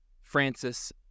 Francis